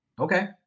Okay